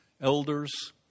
elders